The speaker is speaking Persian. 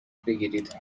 بگیرید